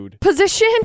position